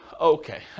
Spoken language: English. Okay